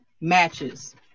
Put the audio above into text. matches